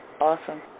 Awesome